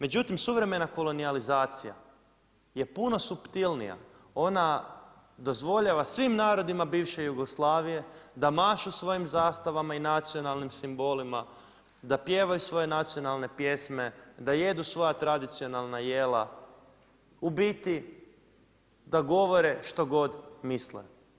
Međutim, suvremena kolonizacija, je puno suptilnija, ona dozvoljava svim narodima bivše Jugoslavije, da mašu svojim zastavama i nacionalnim simbolima, da pjevaju svoje nacionalne pjesme, da jedu svoja tradicionalna jela, u biti, da govore što god misle.